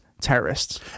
terrorists